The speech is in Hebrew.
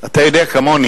אתה יודע כמוני